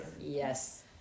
Yes